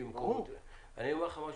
פה,